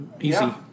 easy